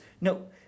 no